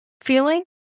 feeling